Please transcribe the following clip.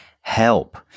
help